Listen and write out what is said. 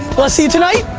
will i see you tonight?